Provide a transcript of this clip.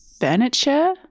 furniture